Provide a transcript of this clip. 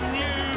new